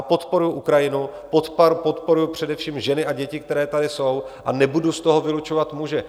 Podporuji Ukrajinu, podporuji především ženy a děti, které tady jsou, a nebudu z toho vylučovat muže.